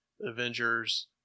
Avengers